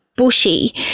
bushy